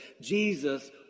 Jesus